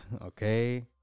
Okay